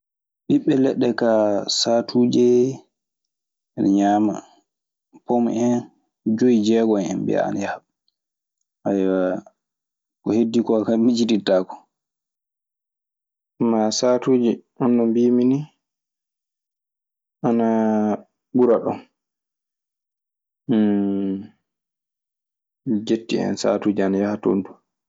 Ɓibe lede ka saatuji miɗo ŋama pome hen. Joyi jeego hen biya ana ko hedi ko mimicitittako. Jooni ka e ley lewru ndu, adadu mun jooni ka fuu e kaalis mun.